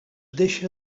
deixa